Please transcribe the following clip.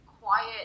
quiet